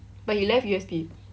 but he left U_S_P